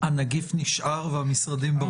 הנגיף נשאר והמשרדים ברחו.